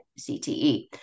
CTE